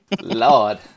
Lord